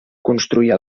construir